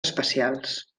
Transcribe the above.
especials